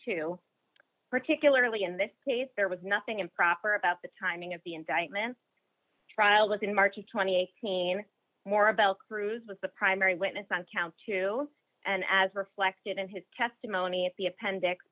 two particularly in this case there was nothing improper about the timing of the indictment trial was in march th seen more about cruise was the primary witness on count two and as reflected in his testimony at the appendix